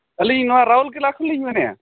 ᱟᱹᱞᱤᱧ ᱱᱚᱣᱟ ᱨᱟᱣᱩᱞᱠᱮᱞᱞᱟ ᱠᱷᱚᱱᱞᱤᱧ ᱢᱮᱱᱮᱫᱼᱟ